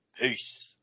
peace